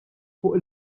fuq